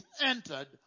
entered